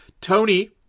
Tony